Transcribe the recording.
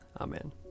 Amen